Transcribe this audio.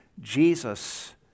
Jesus